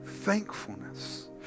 Thankfulness